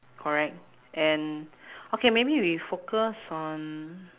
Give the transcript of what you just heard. correct and okay maybe we focus on